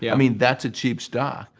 yeah mean, that's a cheap stock.